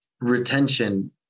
retention